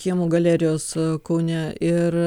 kiemo galerijos kaune ir